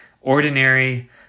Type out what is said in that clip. Ordinary